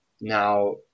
now